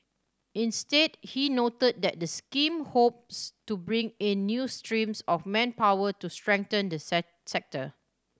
instead he noted that the scheme hopes to bring in new streams of manpower to strengthen the sector